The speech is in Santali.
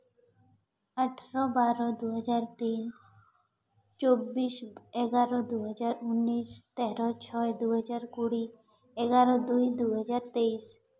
ᱟᱴᱷᱨᱚ ᱵᱟᱨᱚ ᱫᱩ ᱦᱟᱡᱟᱨ ᱛᱤᱱ ᱪᱚᱵᱵᱤᱥ ᱮᱜᱟᱨᱚ ᱫᱩ ᱦᱟᱡᱟᱨ ᱩᱱᱤᱥ ᱛᱮᱨᱚ ᱪᱷᱚᱭ ᱫᱤᱦᱟᱨ ᱠᱩᱲᱤ ᱮᱜᱟᱨᱳ ᱫᱩᱭ ᱫᱩᱦᱟᱡᱟᱨ ᱛᱮᱭᱤᱥ